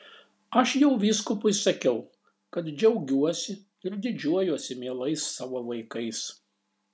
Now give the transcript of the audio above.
aš jau vyskupui sakiau kad džiaugiuosi ir didžiuojuosi mielais savo vaikais